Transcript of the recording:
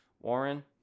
Warren